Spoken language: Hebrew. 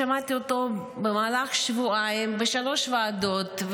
שמעתי אותו במהלך שבועיים בשלוש ועדות,